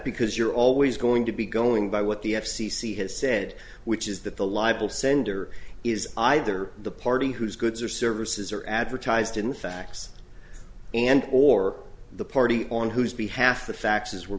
because you're always going to be going by what the f c c has said which is that the libel sender is either the party whose goods or services are advertised in the facts and or the party on whose behalf the faxes were